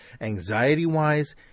anxiety-wise